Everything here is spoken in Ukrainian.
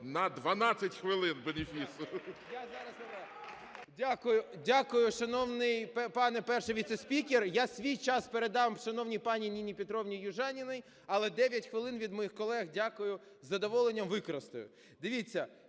О.О. Дякую. Дякую, шановний пане Перший віце-спікер. Я свій час передам шановній пані Ніні Петрівна Южаніній, але 9 хвилин від моїх колег, дякую, із задоволенням використаю. Дивіться.